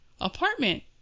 apartment